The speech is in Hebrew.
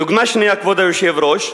דוגמה שנייה, כבוד היושב-ראש,